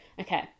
Okay